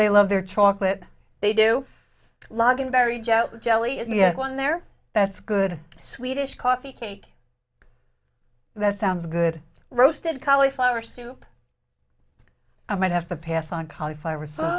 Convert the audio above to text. they love their chocolate they do log in berry joe jelly is the one there that's good swedish coffee cake that sounds good roasted cauliflower soup i might have to pass on cauliflower so